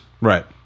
Right